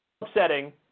upsetting